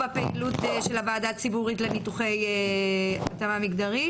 הפעילות של הוועדה הציבורית לניתוחי התאמה מגדרית.